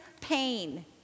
pain